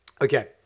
Okay